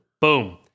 Boom